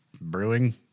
brewing